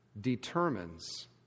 determines